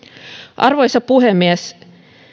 arvoisa puhemies